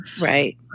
Right